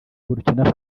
burkina